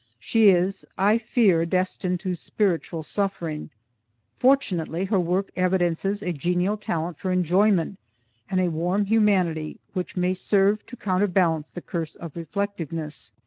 she is, i fear, destined to spiritual suffering fortunately her work evidences a genial talent for enjoyment and a warm humanity which may serve to counterbalance the curse of reflectiveness.